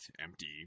empty